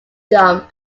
dump